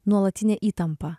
nuolatinė įtampa